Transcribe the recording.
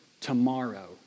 tomorrow